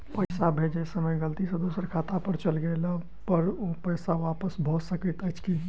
पैसा भेजय समय गलती सँ दोसर खाता पर चलि गेला पर ओ पैसा वापस भऽ सकैत अछि की?